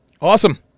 Awesome